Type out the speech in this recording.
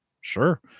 sure